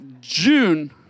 June